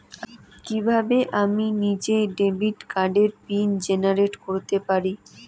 কিভাবে আমি নিজেই ডেবিট কার্ডের পিন জেনারেট করতে পারি?